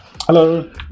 Hello